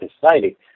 society